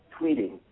tweeting